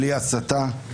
בלי הסתה.